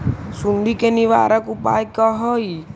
सुंडी के निवारक उपाय का हई?